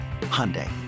Hyundai